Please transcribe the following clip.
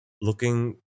looking